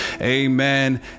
amen